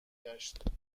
گشت